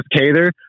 Cater